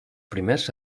primers